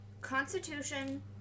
constitution